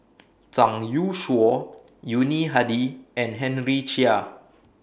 Zhang Youshuo Yuni Hadi and Henry Chia